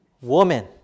Woman